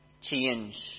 change